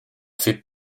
fait